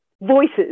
voices